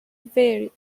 very